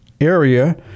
area